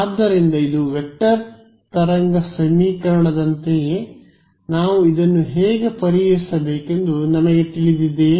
ಆದ್ದರಿಂದ ಇದು ವೆಕ್ಟರ್ ತರಂಗ ಸಮೀಕರಣದಂತೆಯೇ ನಾವು ಇದನ್ನು ಹೇಗೆ ಪರಿಹರಿಸಬೇಕೆಂದು ನನಗೆ ತಿಳಿದಿದೆಯೇ